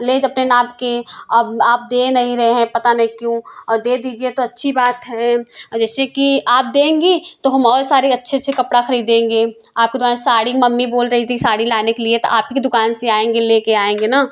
ले अपने नाप के अब आप दे नहीं रहे हैं पता नहीं क्यों और दे दीजिए तो अच्छी बात है जैसे कि आप देंगी तो हम और सारे अच्छे अच्छे कपड़ा खरीदेंगे आपके दुकान साड़ी मम्मी बोल रही थी कि साड़ी लाने के लिए तो आप ही के दुकान से आएंगे ले के आएंगे ना